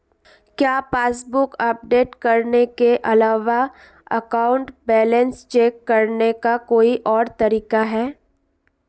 क्या passbook update करने के अलावा अकाउंट बैलेंस चेक करने का कोई और तरीका है?